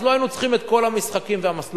אז לא היינו צריכים את כל המשחקים והמסלולים.